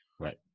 Right